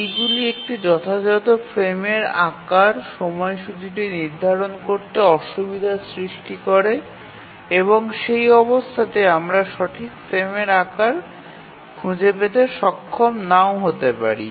এইগুলি একটি যথাযথ ফ্রেমের আকার সময়সূচীটি নির্ধারণ করতে অসুবিধা সৃষ্টি করে এবং সেই অবস্থাতে আমরা সঠিক ফ্রেমের আকার খুঁজে পেতে সক্ষম নাও হতে পারি